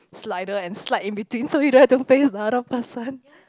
slider and slide in between so you don't have to face the other person